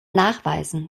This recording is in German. nachweisen